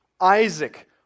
Isaac